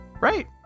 Right